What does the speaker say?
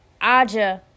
Aja